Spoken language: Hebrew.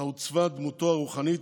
בה עוצבה דמותו הרוחנית,